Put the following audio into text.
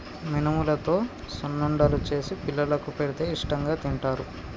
మినుములతో సున్నుండలు చేసి పిల్లలకు పెడితే ఇష్టాంగా తింటారు